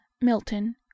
Milton